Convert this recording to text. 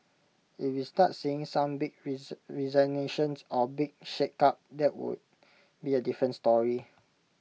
if we start seeing some big resignations or big shake up that would be A different story